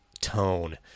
tone